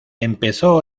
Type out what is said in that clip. empezó